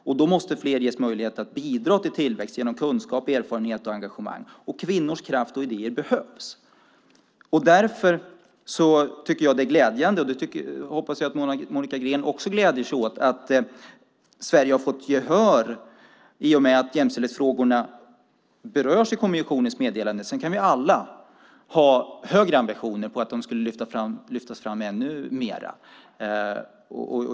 Därför måste fler ges möjlighet att bidra till tillväxt genom kunskap, erfarenhet och engagemang. Kvinnors kraft och idéer behövs. Det är således glädjande - och jag hoppas att Monica Green också finner det glädjande - att Sverige fått gehör i och med att jämställdhetsfrågorna berörs i kommissionens meddelande. Vi kan naturligtvis ha ännu högre ambitioner, anse att jämställdhetsfrågorna ska lyftas fram ännu mer.